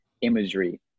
imagery